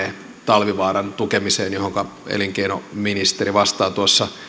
talvivaaran tukemiseen johonka liittyen elinkeinoministeri vastaa tuossa